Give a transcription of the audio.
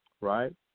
right